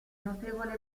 notevole